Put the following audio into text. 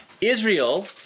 Israel